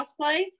cosplay